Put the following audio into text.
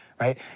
right